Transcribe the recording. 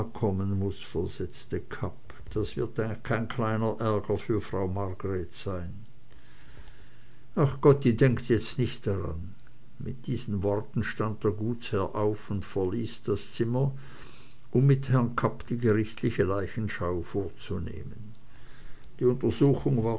versetzte kapp das wird kein kleiner ärger für frau margreth sein ach gott die denkt jetzt daran nicht mit diesen worten stand der gutsherr auf und verließ das zimmer um mit herrn kapp die gerichtliche leichenschau vorzunehmen die untersuchung war